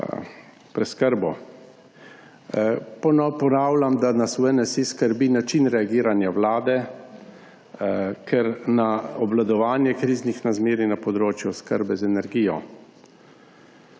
preskrbo. Ponavljam, da nas v NSi skrbi način reagiranja vlade na obvladovanje kriznih razmer na področju oskrbe z energijo.